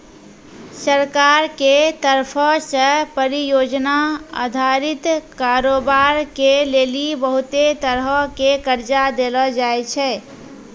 सरकार के तरफो से परियोजना अधारित कारोबार के लेली बहुते तरहो के कर्जा देलो जाय छै